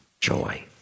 joy